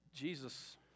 Jesus